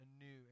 anew